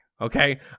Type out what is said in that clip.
okay